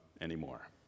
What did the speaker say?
anymore